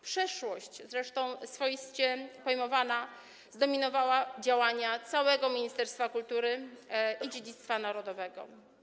Przeszłość, zresztą swoiście pojmowana, zdominowała działania całego Ministerstwa Kultury i Dziedzictwa Narodowego.